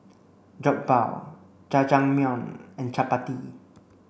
Jokbal Jajangmyeon and Chapati